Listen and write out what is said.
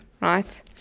right